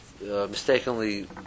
mistakenly